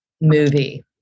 movie